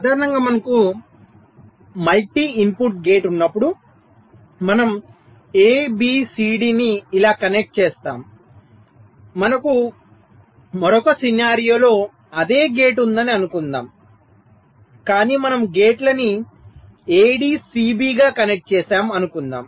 సాధారణంగా మనకు multi input gate ఉన్నప్పుడు మనము ABCD ని ఇలా కనెక్ట్ చేస్తాము మనకు మరొక సినారియో లో అదే గేట్ ఉందని అనుకుందాం కాని మనము గేట్లను ADCB గా కనెక్ట్ చేసాము అనుకుందాం